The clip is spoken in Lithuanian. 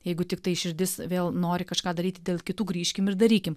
jeigu tiktai širdis vėl nori kažką daryti dėl kitų grįžkim ir darykim